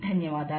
ధన్యవాదములు